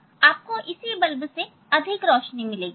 आपको इसी बल्ब से अधिक रोशनी मिलेगी